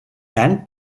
and